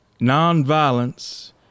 Nonviolence